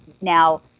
Now